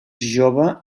jove